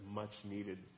much-needed